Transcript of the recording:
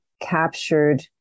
captured